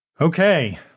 okay